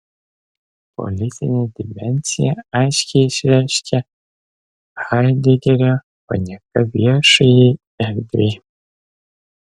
politinę dimensiją aiškiai išreiškia haidegerio panieka viešajai erdvei